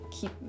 keep